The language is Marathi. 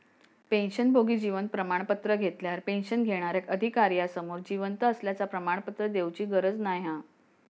पेंशनभोगी जीवन प्रमाण पत्र घेतल्यार पेंशन घेणार्याक अधिकार्यासमोर जिवंत असल्याचा प्रमाणपत्र देउची गरज नाय हा